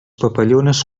papallones